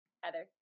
Heather